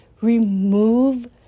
remove